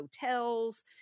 hotels